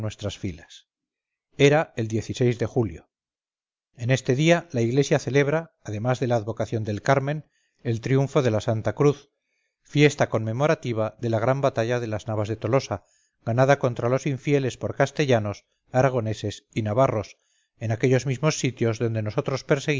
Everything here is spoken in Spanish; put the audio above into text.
nuestras filas era el de julio en este día la iglesia celebra además de la advocación del carmen eltriunfo de la santa cruz fiesta conmemorativa de la gran batalla de las navas de tolosa ganada contra los infieles por castellanos aragoneses y navarros en aquellos mismos sitios donde nosotros